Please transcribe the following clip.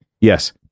Yes